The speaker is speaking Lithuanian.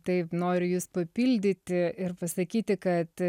taip noriu jus papildyti ir pasakyti kad